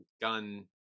Gun